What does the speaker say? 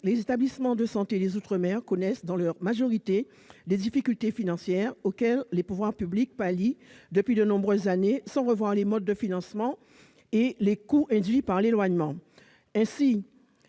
les établissements de santé des outre-mer connaissent, dans leur majorité, des difficultés financières que les pouvoirs publics pallient depuis de nombreuses années, sans revoir les modes de financement et les coûts induits par l'éloignement. Ainsi,